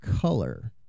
color